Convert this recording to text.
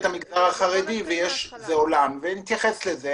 נתייחס לזה.